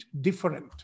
different